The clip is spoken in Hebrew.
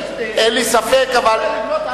שאי-אפשר לבנות את עצמו על עם אחר.